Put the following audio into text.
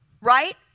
right